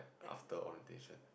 after orientation